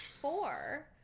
four